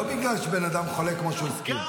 לא בגלל שבן אדם חולה, כמו שהוא הזכיר.